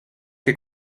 que